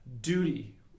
duty